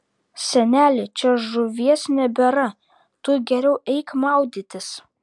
seneli čia žuvies nebėra tu geriau eik maudytis